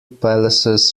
palaces